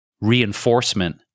reinforcement